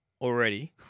already